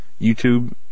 YouTube